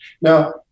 Now